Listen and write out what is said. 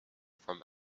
from